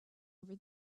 over